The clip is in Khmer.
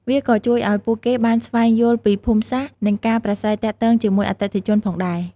វាក៏ជួយឱ្យពួកគេបានស្វែងយល់ពីភូមិសាស្ត្រ និងការប្រាស្រ័យទាក់ទងជាមួយអតិថិជនផងដែរ។